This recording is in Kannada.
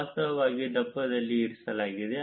ವಾಸ್ತವವಾಗಿ ದಪ್ಪದಲ್ಲಿ ಇರಿಸಲಾಗಿದೆ